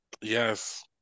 yes